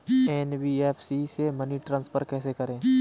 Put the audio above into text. NBFC से money transfer कैसे करें?